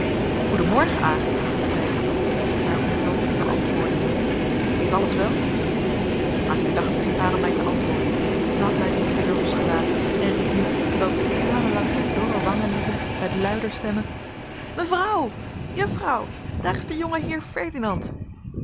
morgen aagt zeide ik haar omhelzing beantwoordende is alles wel maar zij dacht er niet aan om mij te antwoorden zij had mij reeds weder losgelaten en riep nu terwijl de tranen langs haar dorre wangen liepen met luider stemme mevrouw juffrouw daar is de jonge heer ferdinand